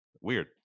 Weird